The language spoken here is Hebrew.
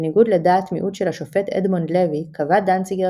בניגוד לדעת מיעוט של השופט אדמונד לוי קבע דנציגר